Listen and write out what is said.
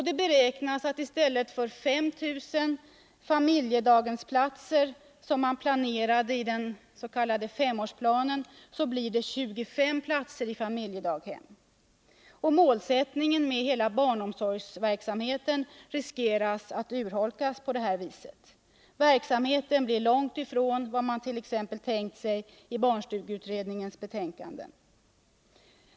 Det beräknas att i stället för de 5 000 daghemsplatser som man planerade i femårsplanen blir det 25 000 platser i familjedaghem. Målsättningen med hela barnomsorgsverksamheten riskerar därigenom att urholkas. Verksamheten blir långt ifrån vad man tänkt sig i t.ex. barnstugeutredningens betänkanden.